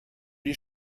die